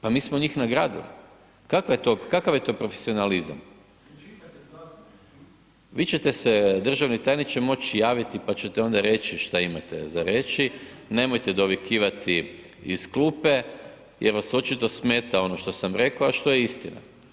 Pa mi smo njih nagradili, kakav je to profesionalizam, vi ćete se državni tajniče moći javiti pa ćete onda reći šta imate za reći, nemojte dovikivati iz klupe jer vas očito smeta ono što sam rekao, a što je istina.